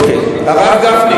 הרב גפני,